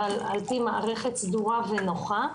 אבל על פי מערכת סדורה ונוחה.